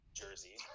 jersey